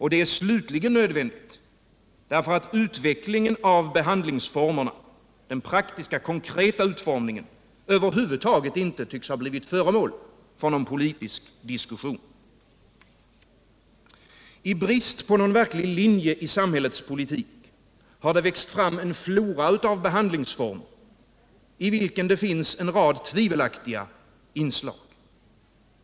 Det är slutligen nödvändigt därför att utvecklingen av behandlingsformerna, den praktiska, konkreta utformningen, över huvud inte tycks ha blivit föremål för någon politisk diskussion. I brist på någon verklig linje i samhällets politik har det växt fram en flora av behandlingsformer, i vilken det finns en rad tvivelaktiga inslag.